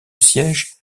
siège